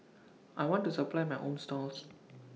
I want to supply my own stalls